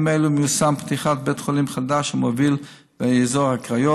בימים אלו מיושמות פתיחת בית חולים חדש ומוביל באזור הקריות,